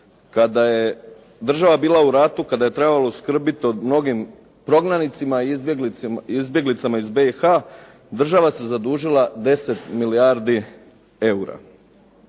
kada je država bila u ratu, kada je trebalo skrbiti o mnogim prognanicima i izbjeglicama iz BiH država se zadužila 10 milijardi eura.